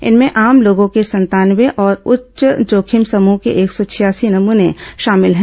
इनमें आम लोगों के संतानवे और उच्च जोखिम समूह के एक सौ छियासी नमूने शामिल हैं